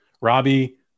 robbie